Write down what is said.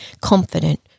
confident